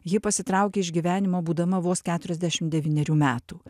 ji pasitraukė iš gyvenimo būdama vos keturiasdešim devynerių metų